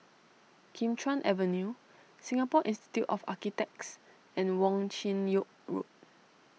Kim Chuan Avenue Singapore Institute of Architects and Wong Chin Yoke Road